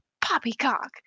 poppycock